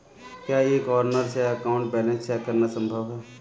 क्या e corner से account balance check करना संभव है?